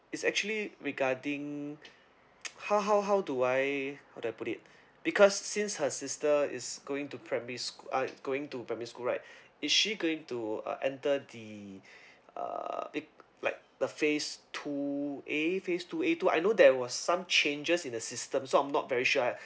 it's actually regarding how how how do I how do I put it because since her sister is going to primary school uh going to primary school right is she going to uh enter the uh it like the phase two A phase two A I know there was some changes in the system so I'm not very sure